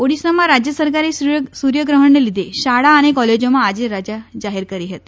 ઓડિશામાં રાજ્ય સરકારે સૂર્યગ્રહણને લીઘે શાળા અને કોલેજોમાં આજે રજા જાહેર કરી હતી